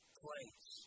place